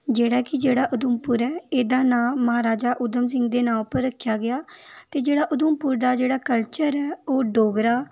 जेह्ड़े कि जेह्ड़ा उधमपुर ऐ एह्दा नांऽ महाराजा उधम सिहं दे नां उप्पर रक्खेआ गेआ जेह्ड़ा उधमपुर दा जेह्ड़ा कल्चर ऐ ओह् ऐ डोगरा